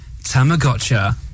Tamagotcha